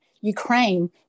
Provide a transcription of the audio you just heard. Ukraine